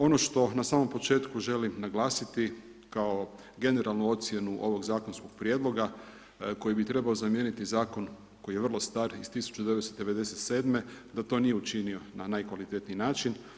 Ono što na samom početku želim naglasiti kao generalnu ocjenu ovog zakonskog prijedloga koji bi trebao zamijeniti zakon koji je vrlo star iz 1997. da to nije učinio na najkvalitetniji način.